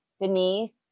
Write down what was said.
Denise